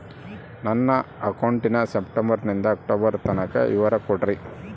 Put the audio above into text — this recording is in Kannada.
ನನ್ನ ಅಕೌಂಟಿನ ಸೆಪ್ಟೆಂಬರನಿಂದ ಅಕ್ಟೋಬರ್ ತನಕ ವಿವರ ಕೊಡ್ರಿ?